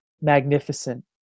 magnificent